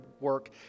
work